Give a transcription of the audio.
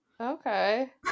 okay